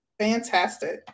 Fantastic